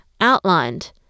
outlined